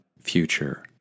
future